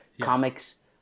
comics